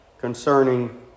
concerning